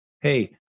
Hey